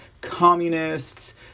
communists